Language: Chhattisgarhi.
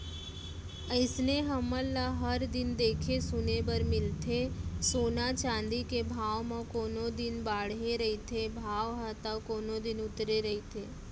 अइसने हमन ल हर दिन देखे सुने बर मिलथे सोना चाँदी के भाव म कोनो दिन बाड़हे रहिथे भाव ह ता कोनो दिन उतरे रहिथे